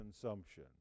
consumption